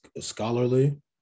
scholarly